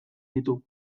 ditu